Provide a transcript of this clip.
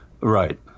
Right